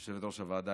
יושבת-ראש הועדה,